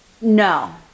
No